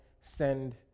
Send